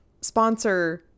sponsor